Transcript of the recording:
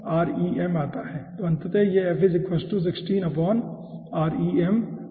तो अंततः यह बन जाता है ठीक है